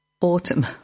autumn